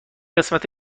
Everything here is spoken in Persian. قسمت